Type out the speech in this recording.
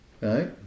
Right